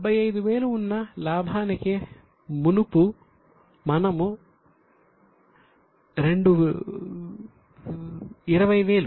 75000 ఉన్న లాభానికి మనము 20000 జోడిస్తున్నాము